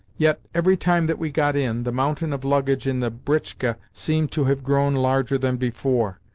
yet, every time that we got in, the mountain of luggage in the britchka seemed to have grown larger than before,